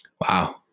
Wow